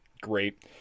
Great